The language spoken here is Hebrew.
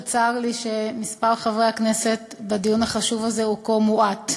וצר לי שמספר חברי הכנסת בדיון החשוב הזה הוא כה מועט.